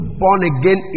born-again